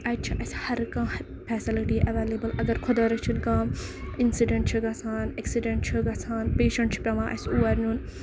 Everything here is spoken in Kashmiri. اَتہِ چھُ اَسہِ ہر کانہہ فیسَلٹی ایویلیبٔل اَگر خۄدا رٔچھٕنۍ کانہہ اِنسِڈنٹ چھُ گژھان اٮ۪کسِڈینٹ چھُ گژھان پیشَنٹ چھُ پیوان اَسہِ اور نیُن